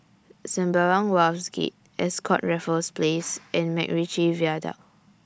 Sembawang Wharves Gate Ascott Raffles Place and Macritchie Viaduct